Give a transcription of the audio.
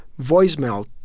voicemail